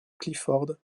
clifford